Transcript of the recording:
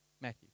Matthew